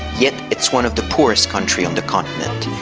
yet it's one of the poorest countries on the continent.